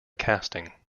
casting